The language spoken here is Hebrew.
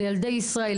לילדי ישראל,